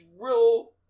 real